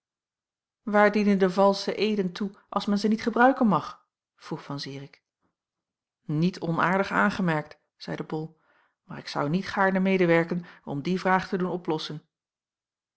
waar dienen de valsche eeden toe als men ze niet gebruiken mag vroeg van zirik niet onaardig aangemerkt zeide bol maar ik zou niet gaarne medewerken om die vraag te doen oplossen